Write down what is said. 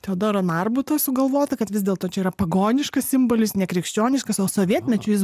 teodoro narbuto sugalvota kad vis dėlto čia yra pagoniškas simbolis nekrikščioniškas o sovietmečiu jis